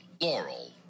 Laurel